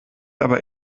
aber